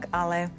ale